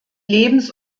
lebens